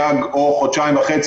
חודשיים וחצי,